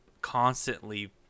constantly